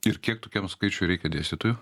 ir kiek tokiam skaičiui reikia dėstytojų